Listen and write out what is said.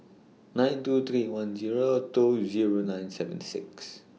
nine two three one Zero two Zero nine seven six